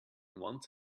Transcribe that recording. once